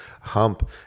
hump